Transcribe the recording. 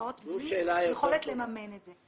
נתקעות בלי יכולת לממן את זה.